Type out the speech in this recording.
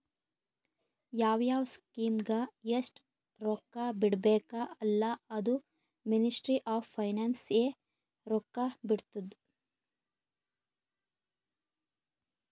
ಯಾವ್ ಯಾವ್ ಸ್ಕೀಮ್ಗ ಎಸ್ಟ್ ರೊಕ್ಕಾ ಬಿಡ್ಬೇಕ ಅಲ್ಲಾ ಅದೂ ಮಿನಿಸ್ಟ್ರಿ ಆಫ್ ಫೈನಾನ್ಸ್ ಎ ರೊಕ್ಕಾ ಬಿಡ್ತುದ್